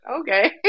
Okay